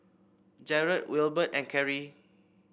Jarod Wilbert and Kerri